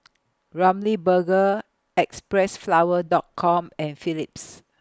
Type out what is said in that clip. Ramly Burger Xpressflower Dot Com and Philips